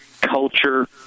culture